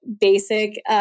basic